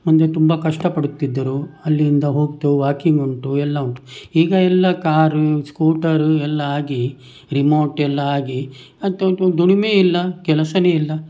ಮುಂದೆ ತುಂಬ ಕಷ್ಟಪಡುತ್ತಿದ್ದರು ಅಲ್ಲಿಂದ ಹೋಗ್ತೇವೆ ವಾಕಿಂಗುಂಟು ಎಲ್ಲ ಉಂಟು ಈಗ ಎಲ್ಲ ಕಾರು ಸ್ಕೂಟರ್ ಎಲ್ಲ ಆಗಿ ರಿಮೋಟ್ ಆಗಿ ಮತ್ತೆ ಒಂದು ದುಡಿಮೆ ಇಲ್ಲ ಕೆಲಸವೇ ಇಲ್ಲ